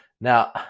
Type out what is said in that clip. now